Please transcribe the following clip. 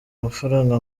amafaranga